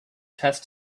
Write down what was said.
test